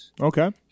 Okay